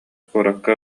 куоракка